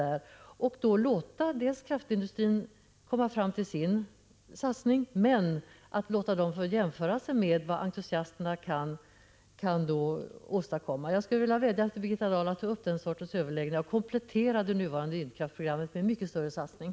Man kunde låta kraftindustrin göra sina satsningar och jimföra med vad entusiasterna kan åstadkomma. Jag skulle vilja vädja till Birgitta Dahl att ta upp den sortens överläggningar och komplettera det nuvarande vindkraftsprogrammet med en mycket större satsning.